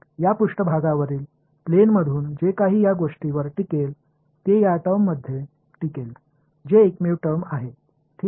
எனவே இந்த பக்கத்தின் சமதளத்தில் இருந்து வெளிவரும் எதுவுமே இந்த வெளிப்பாட்டில் தப்பிப் பிழைக்கும் இந்த ஒரே வெளிப்பாடு தக்கவைக்கப்படுகிறது